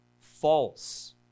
False